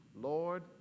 Lord